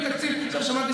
אז אני,